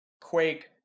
Quake